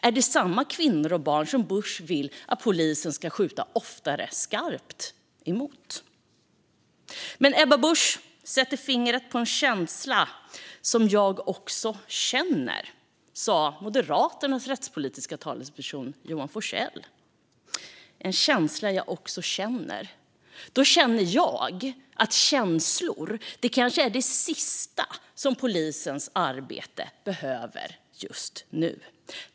Är det samma kvinnor och barn som Bush vill att polisen oftare ska skjuta skarpt mot? Ebba Busch sätter fingret på en känsla som jag också känner, sa Moderaternas rättspolitiske talesperson Johan Forssell - en känsla jag också känner. Då känner jag att känslor är det sista som polisens arbete behöver just nu.